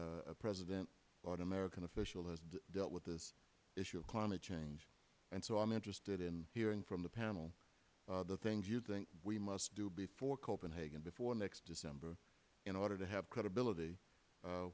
a president or american official has dealt with this issue of climate change and so i am interested in hearing from the panel the things you think we must do before copenhagen before next december in order to have credibility